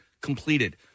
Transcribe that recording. completed